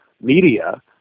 media